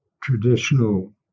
traditional